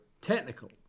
technical